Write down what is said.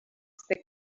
that